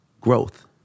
growth